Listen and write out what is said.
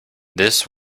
this